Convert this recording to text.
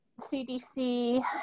CDC